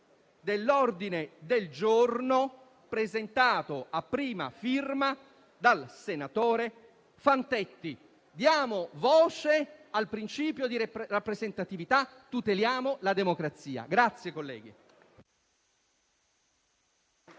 dell'ordine del giorno presentato a prima firma del senatore Fantetti. Diamo voce al principio di rappresentatività, tuteliamo la democrazia.